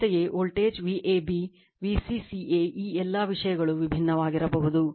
ಅಂತೆಯೇ voltage Vab V c c a ಈ ಎಲ್ಲಾ ವಿಷಯಗಳು ವಿಭಿನ್ನವಾಗಿರಬಹುದು